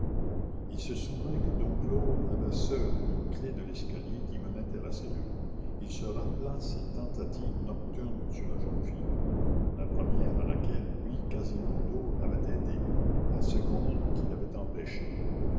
il se souvint que dom claude avait seul une clef de l'escalier qui menait à la cellule il se rappela ses tentatives nocturnes sur la jeune fille la première à laquelle lui quasimodo avait aidé la seconde qu'il avait empêchée